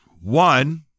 One